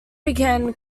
began